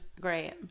Great